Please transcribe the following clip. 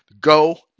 Go